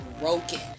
broken